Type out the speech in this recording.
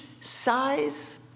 size